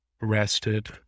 rested